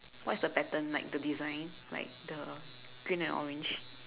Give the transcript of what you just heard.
what is the pattern like the design like the green and orange